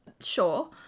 sure